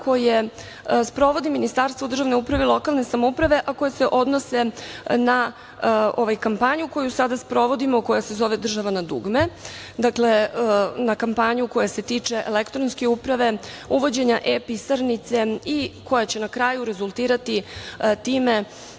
koje sprovodi Ministarstvo državne uprave i lokalne samouprave a koje se odnose na kampanju koju sada sprovodimo a koja se zove "Država na dugme". Kampanja se tiče elektronske uprave, uvođenja e-pisarnice i koja će na kraju rezultirati time